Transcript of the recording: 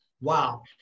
Wow